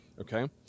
okay